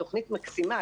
התוכנית מקסימה.